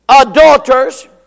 adulterers